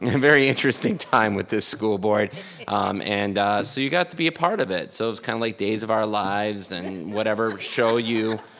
and very interesting time with this school board and so you got to be a part of it. so it was kind of like days of our lives and whatever show you,